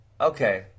Okay